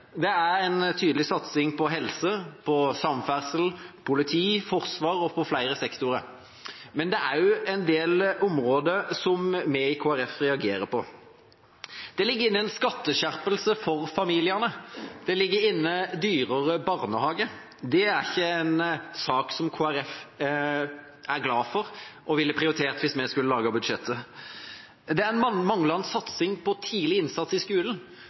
Det er en tydelig satsing på helse, på samferdsel, politi, forsvar og på flere sektorer. Men det er også en del områder som vi i Kristelig Folkeparti reagerer på. Det ligger inne en skatteskjerpelse for familiene. Det ligger inne dyrere barnehage. Det er ikke en sak som Kristelig Folkeparti er glad for og ville prioritert hvis vi skulle laget budsjettet. Det er manglende satsing på tidlig innsats i skolen.